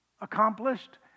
accomplished